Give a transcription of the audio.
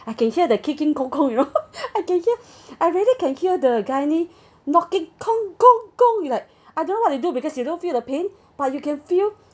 I can hear the king king kong kong you know I can hear I really can hear the gynae knocking gong gong gong like I don't know what they do because you don't feel the pain but you can feel